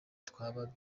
twaba